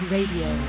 Radio